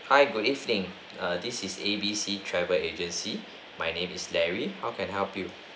hi good evening err this is A B C travel agency my name is larry how can I help you